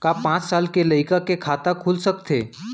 का पाँच साल के लइका के खाता खुल सकथे?